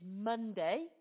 Monday